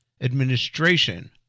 administration